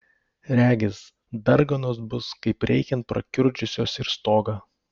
regis darganos bus kaip reikiant prakiurdžiusios ir stogą